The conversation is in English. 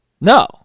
No